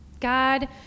God